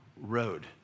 road